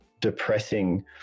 depressing